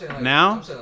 now